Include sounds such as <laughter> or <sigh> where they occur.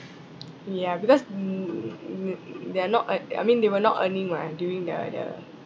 <noise> ya because n~ n~ they are not uh I mean they were not earning mah during the the